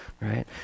right